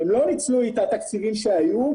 הם לא ניצלו את התקציבים שהיו.